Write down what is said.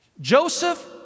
Joseph